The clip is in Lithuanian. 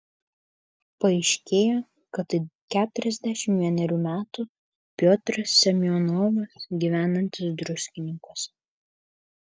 paaiškėjo kad tai keturiasdešimt vienerių metų piotras semionovas gyvenantis druskininkuose